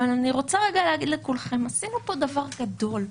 אבל אני רוצה להגיד לכולכם, עשינו פה דבר גדול.